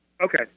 Okay